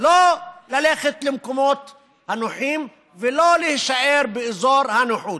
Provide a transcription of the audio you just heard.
לא ללכת למקומות הנוחים ולא להישאר באזור הנוחות.